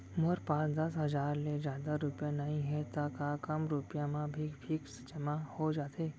मोर पास दस हजार ले जादा रुपिया नइहे त का कम रुपिया म भी फिक्स जेमा हो जाथे?